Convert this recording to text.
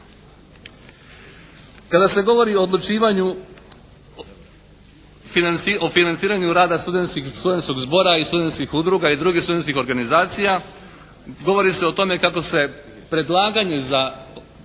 Kada se govori o odlučivanju, o financiranju rada studentskog zbora i studentskih udruga i drugih studentskih organizacija govori se o tome kako se predlaganje za,